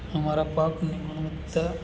અમારા પાકની ગુણવત્તા